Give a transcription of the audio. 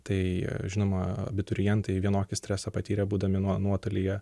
tai žinoma abiturientai vienokį stresą patyrė būdami nuo nuotolyje